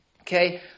Okay